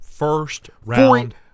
First-round